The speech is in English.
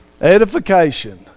Edification